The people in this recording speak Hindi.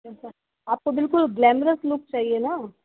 अच्छा आपको बिलकुल ग्लैमरस लुक चाहिए न